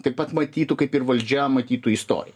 taip pat matytų kaip ir valdžia matytų įstoriją